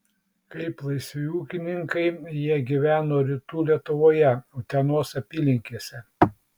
kaip laisvi ūkininkai jie gyveno rytų lietuvoje utenos apylinkėse